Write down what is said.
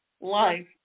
life